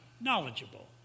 knowledgeable